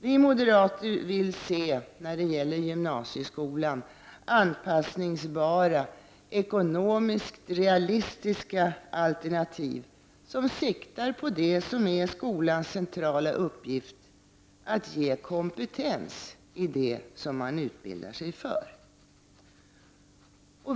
Vi moderater vill se anpassningsbara, ekonomiskt realistiska alternativ som siktar på det som är skolans centrala uppgift, att ge kompetens i det som man utbildar sig för.